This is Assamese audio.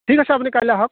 ঠিক আছে আপুনি কাইলৈ আহক